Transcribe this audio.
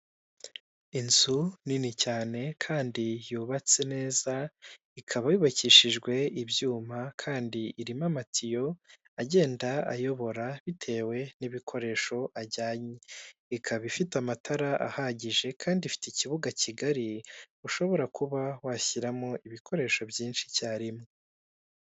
Inzu nini cyane kandi yubatse neza ikaba yubakishijwe ibyuma kandi irimo amatiyo agenda ayobora bitewe n'ibikoresho ajyanye ikaba ifite amatara ahagije kandi ifite ikibuga kigali ushobora kuba washyiramo ibikoresho byinshi icyarimwe.